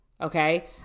Okay